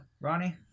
Ronnie